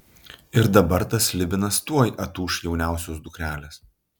ir dabar tas slibinas tuoj atūš jauniausios dukrelės